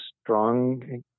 strong